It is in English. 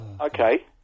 Okay